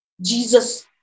Jesus